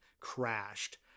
crashed